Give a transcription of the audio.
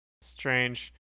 strange